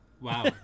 wow